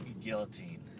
Guillotine